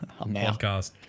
Podcast